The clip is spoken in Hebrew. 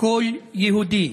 כל יהודי,